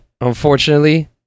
unfortunately